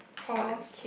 Paul's